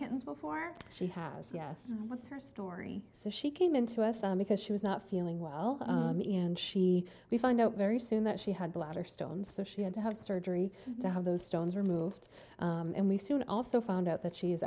cancer before she has yes what's her story so she came in to us because she was not feeling well and she we found out very soon that she had bladder stones so she had to have surgery to have those stones removed and we soon also found out that she is